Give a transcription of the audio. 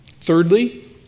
Thirdly